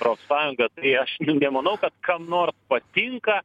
profsąjunga tai aš nu nemanau kad kam nors patinka